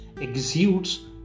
exudes